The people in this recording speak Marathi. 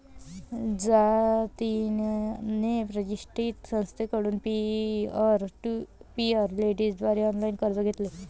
जतिनने प्रतिष्ठित संस्थेकडून पीअर टू पीअर लेंडिंग द्वारे ऑनलाइन कर्ज घेतले